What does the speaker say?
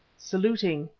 saluting,